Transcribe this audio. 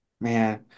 Man